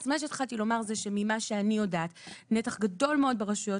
מה שהתחלתי לומר זה שממה שאני יודעת נתח גדול מאוד ברשויות